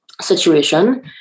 situation